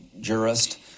jurist